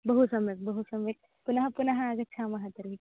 बहु सम्यक् बहु सम्यक् पुनः पुनः आगच्छामः तर्हि